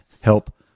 help